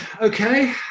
okay